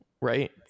right